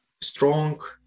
strong